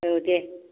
औ दे